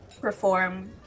perform